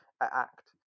act